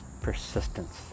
persistence